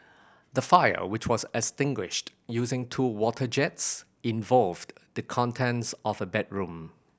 the fire which was extinguished using two water jets involved the contents of a bedroom